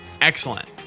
excellent